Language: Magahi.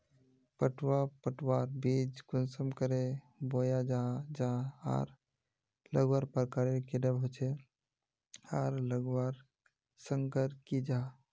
पटवा पटवार बीज कुंसम करे बोया जाहा जाहा आर लगवार प्रकारेर कैडा होचे आर लगवार संगकर की जाहा?